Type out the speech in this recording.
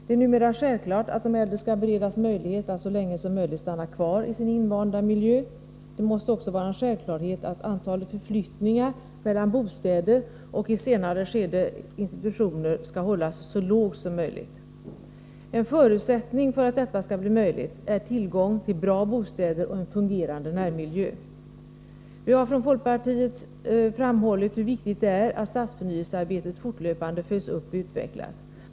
Det är numera självklart att de äldre skall beredas möjlighet att så länge som möjligt stanna kvar i sin invanda miljö. Det måste också vara en självklarhet att antalet förflyttningar mellan bostäder och i ett senare skede institutioner skall hållas så lågt som möjligt. En förutsättning för att detta skall bli möjligt är tillgång till bra bostäder och en fungerande närmiljö. Vi har från folkpartiet framhållit hur viktigt det är att stadsförnyelsearbetet fortlöpande följs upp och utvecklas.